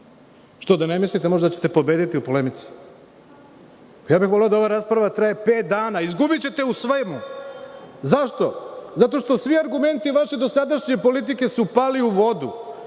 Što, da ne mislite da ćete možda pobediti u polemici? Voleo bih da ova rasprava traje pet dana, izgubićete u svemu, zašto? Zato što svi argumenti vaše dosadašnje politike su pali u vodu,